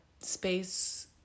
space